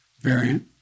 variant